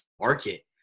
market